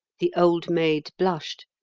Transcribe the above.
the old maid blushed.